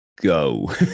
go